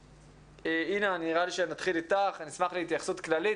אינה נראה לי שנתחיל איתך ונשמח להתייחסות כללית,